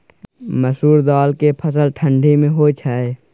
मसुरि दाल के फसल ठंडी मे होय छै?